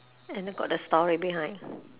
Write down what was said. and then got the story behind